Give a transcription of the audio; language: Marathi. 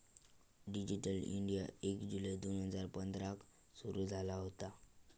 डीजीटल इंडीया एक जुलै दोन हजार पंधराक सुरू झाला होता